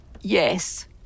Yes